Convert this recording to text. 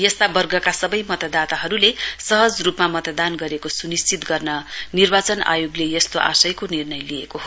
यस्ता वर्गाका सवै मतदाताहरुले सहज रुपमा मतदान गरेको सूनिश्चित गर्न निर्वाचन आयोगले यस्तो आशयोको निर्णय लिएको हो